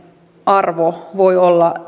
arvo voi olla